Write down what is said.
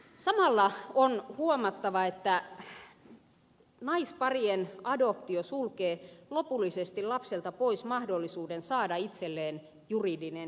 samalla on huomattava että naisparien adoptio sulkee lopullisesti lapselta pois mahdollisuuden saada itselleen juridinen isä